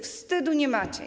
Wstydu nie macie.